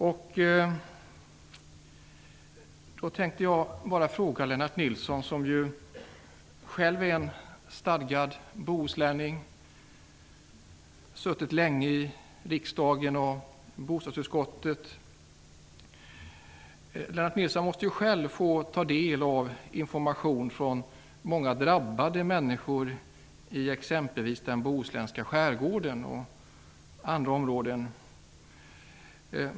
Jag tänkte då ställa en fråga till Lennart Nilsson, som själv är en stadgad bohuslänning och som har suttit länge i riksdagen och bostadsutskottet. Lennart Nilsson måste ju själv få ta del av information från många drabbade i exempelvis den bohuslänska skärgården och andra områden.